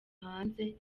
hanze